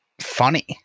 funny